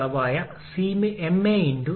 4 K ആയി വരുന്നു